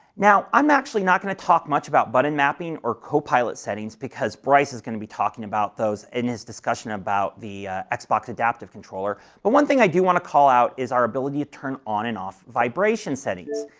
now, i'm actually not going to talk much about button mapping or copilot settings, because bryce is going to be talking about those in his discussion about the xbox adaptive controller, but one thing that i do want to call out is our ability to turn on and off vibration settings.